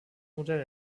modell